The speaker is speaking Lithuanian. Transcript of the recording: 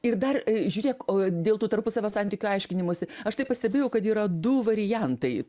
ir dar žiūrėk dėl tų tarpusavio santykių aiškinimosi aš tai pastebėjau kad yra du variantai